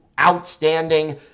outstanding